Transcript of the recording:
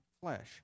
flesh